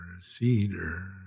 cedar